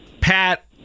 Pat